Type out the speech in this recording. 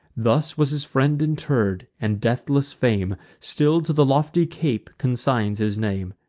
thus was his friend interr'd and deathless fame still to the lofty cape consigns his name.